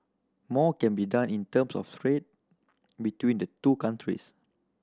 more can be done in terms of trade between the two countries